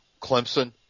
Clemson